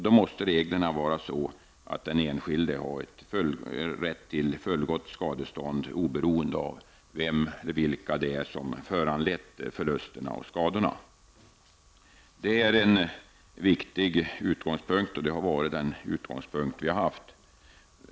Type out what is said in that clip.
Då måste reglerna vara sådana att den enskilde har rätt till fullgott skadestånd oberoende av vem eller vilka som har föranlett skadorna och förlusterna. Denna viktiga utgångspunkt har vi haft som vår.